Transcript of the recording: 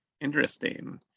Interesting